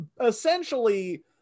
Essentially